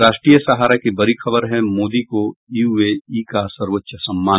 राष्ट्रीय सहारा की बड़ी खबर है मोदी को यूएई का सर्वोच्च सम्मान